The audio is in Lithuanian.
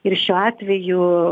ir šiuo atveju